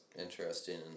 interesting